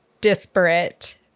disparate